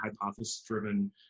hypothesis-driven